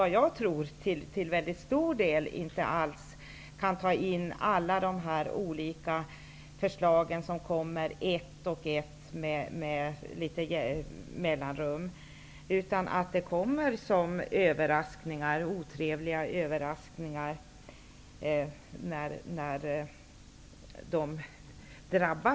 Det är många som inte alls kan ta in alla de olika förslag som kommer, ett och ett med jämna mellanrum, utan de blir otrevliga överraskningar.